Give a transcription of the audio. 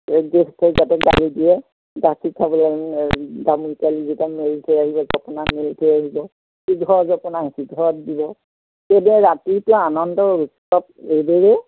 যাতে দিয়ে গাখীৰ খাবলৈ দামুৰী পোৱালীকেইটা মেলি থৈ আহিব জপনা মেলি থৈ আহিব ইঘৰৰ জপনা সিঘৰত দিব সেইদৰে ৰাতিটো আনন্দ উৎসৱ এইবোৰে